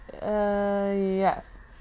Yes